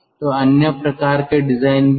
तो अन्य प्रकार के डिजाइन भी हैं